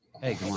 Hey